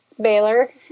Baylor